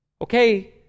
okay